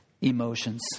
emotions